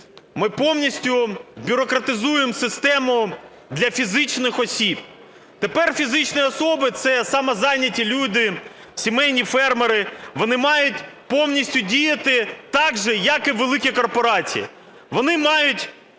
ми повністю бюрократизуємо систему для фізичних осіб. Тепер фізичні особи – це самозайняті люди, сімейні фермери вони мають повністю діяти так же, як і великі корпорації. Вони мають